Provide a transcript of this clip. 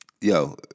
Yo